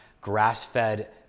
grass-fed